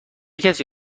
کسی